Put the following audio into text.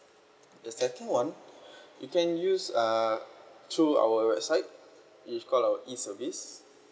the second one you can use uh through our website its called our E service